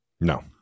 no